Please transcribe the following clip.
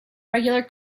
regular